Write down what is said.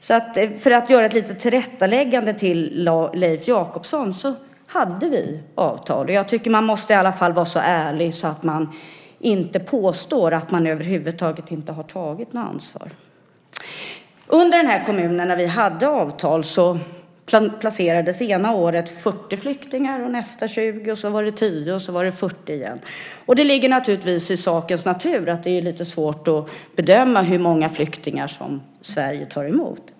Jag vill göra ett litet tillrättaläggande till Leif Jakobsson: Vi hade avtal. Man måste vara så ärlig att man inte påstår att det inte har tagits något ansvar över huvud taget. När vi hade avtal i kommunen placerades det ena året 40 flyktingar, nästa 20, sedan var det 10 och så var det 40 igen. Det ligger i sakens natur att det är svårt att bedöma hur många flyktingar som Sverige tar emot.